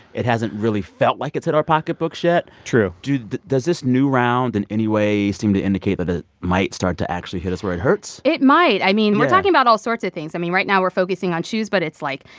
it hasn't really felt like it's hit our pocketbooks yet true do does this new round in any way seem to indicate that it might start to actually hit us where it hurts? it might yeah i mean, we're talking about all sorts of things. i mean, right now, we're focusing on shoes, but it's like,